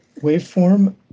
waveform